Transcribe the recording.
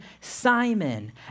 Simon